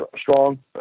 strong